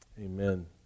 Amen